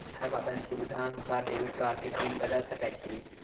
हम अपन सुविधानुसार डेबिट कार्ड के पिन बदल सके छि?